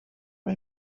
mae